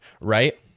right